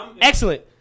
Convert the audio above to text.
excellent